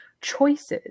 choices